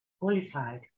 qualified